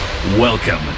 Welcome